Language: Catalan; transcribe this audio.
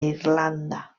irlanda